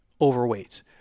overweight